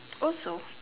also